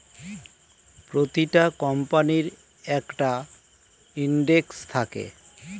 প্রতিটা কোম্পানির একটা ইন্ডেক্স থাকে